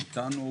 איתנו,